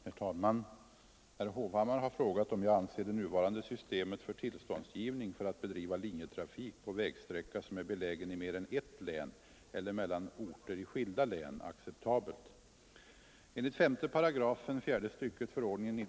Herr talman! Herr Hovhammar har frågat om jag anser det nuvarande systemet för tillståndsgivning för att bedriva linjetrafik på vägsträcka som är belägen i mer än ett län eller mellan orter i skilda län acceptabelt.